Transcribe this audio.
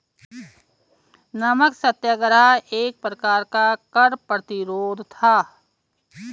नमक सत्याग्रह एक प्रकार का कर प्रतिरोध था